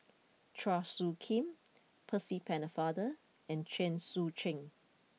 Chua Soo Khim Percy Pennefather and Chen Sucheng